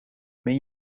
meen